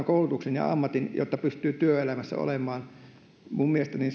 koulutuksen ja ammatin jotta pystyy työelämässä olemaan minun mielestäni